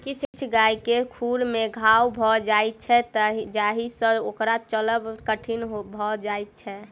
किछु गाय के खुर मे घाओ भ जाइत छै जाहि सँ ओकर चलब कठिन भ जाइत छै